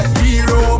hero